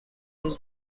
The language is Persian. روز